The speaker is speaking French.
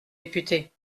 député